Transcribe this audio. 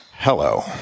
Hello